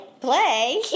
Play